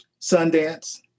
Sundance